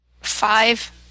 Five